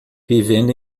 vivendo